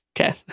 Okay